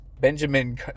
Benjamin